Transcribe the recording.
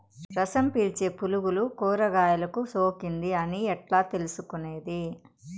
రసం పీల్చే పులుగులు కూరగాయలు కు సోకింది అని ఎట్లా తెలుసుకునేది?